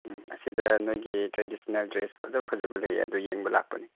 ꯎꯝ ꯑꯁꯤꯗ ꯅꯣꯏꯒꯤ traditional dress ꯐꯖ ꯐꯖꯕ ꯂꯩ ꯑꯗꯨ ꯌꯦꯡꯕ ꯂꯥꯛꯄꯅꯤ